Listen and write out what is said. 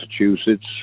Massachusetts